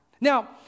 Now